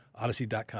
odyssey.com